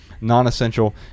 non-essential